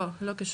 לא, לא קשור.